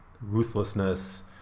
ruthlessness